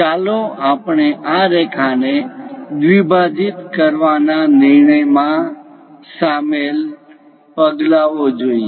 ચાલો આપણે આ રેખા ને દ્વિભાજીત કરવાના નિર્માણમાં શામેલ પગલાઓ જોઈએ